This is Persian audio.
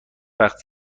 وقت